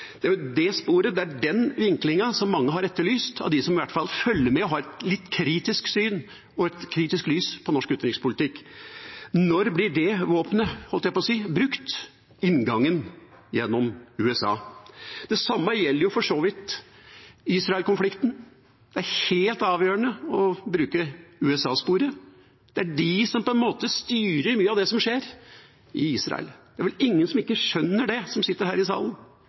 Det er jo det sporet og den vinklinga mange har etterlyst, i hvert fall blant dem som følger med, og som har et litt kritisk syn og kan kaste et kritisk lys på norsk utenrikspolitikk. Når blir det våpenet, holdt jeg på å si – inngangen gjennom USA – brukt? Det samme gjelder for så vidt Israel-konflikten. Det er helt avgjørende å bruke USA-sporet. Det er de som på en måte styrer mye av det som skjer i Israel. Det er vel ingen som sitter her i salen som ikke skjønner det.